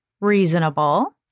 reasonable